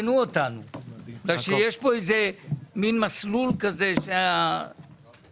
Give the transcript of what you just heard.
הישיבה ננעלה בשעה 10:04.